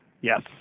yes